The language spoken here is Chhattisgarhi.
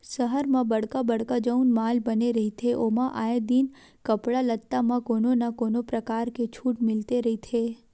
सहर म बड़का बड़का जउन माल बने रहिथे ओमा आए दिन कपड़ा लत्ता म कोनो न कोनो परकार के छूट मिलते रहिथे